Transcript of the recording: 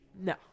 No